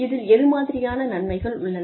இதில் எது மாதிரியான நன்மைகள் உள்ளன